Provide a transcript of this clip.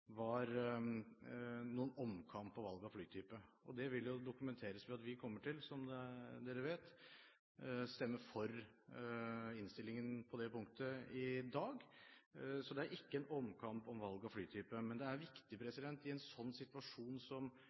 var noen omkamp om valg av flytype. Det vil jo dokumenteres ved at vi kommer til – som dere vet – å stemme for innstillingen på det punktet i dag. Så det er ikke en omkamp om valg av flytype. Men det er viktig i en slik situasjon som